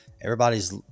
everybody's